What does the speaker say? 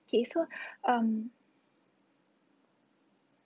okay so um